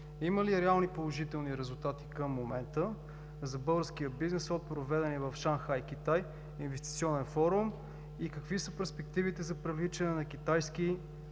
има ли реални положителни резултати към момента за българския бизнес от проведения в Шанхай, Китай, Инвестиционен форум? Какви са перспективите за привличане на преки